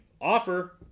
offer